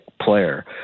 player